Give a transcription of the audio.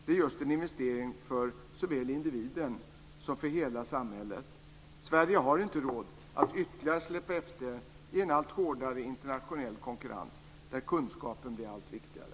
Det är just en investering för såväl individen som för hela samhället. Sverige har inte råd att ytterligare släpa efter i en allt hårdare internationell konkurrens där kunskapen blir allt viktigare.